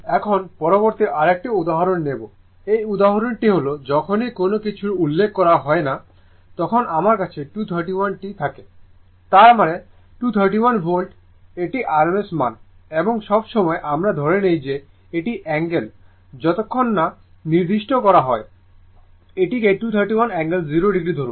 এখন পরবর্তী আরেকটি উদাহরণ নেব এই উদাহরণটি হল যখনই কোনও কিছুর উল্লেখ করা হয় না তখন আমার কাছে 231 টি থাকে তার মানে 231 ভোল্ট মানে এটি rms মান এবং সব সময় আমরা ধরে নিই যে এটি অ্যাঙ্গেল যতক্ষণ না নির্দিষ্ট করা হয় এটি কে 231 অ্যাঙ্গেল 0o ধরুন